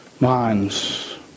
minds